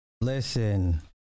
listen